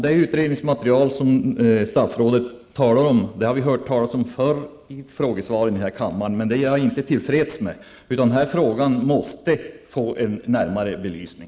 Det utredningsmaterial som statsrådet nämner har vi hört talas om tidigare i frågesvar i denna kammare, men jag är inte till freds med det. Denna fråga måste få en närmare belysning.